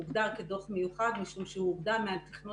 הוגדר כדוח מיוחד משום שהוא הוקדם מהתכנון